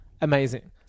amazing